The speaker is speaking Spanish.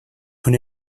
con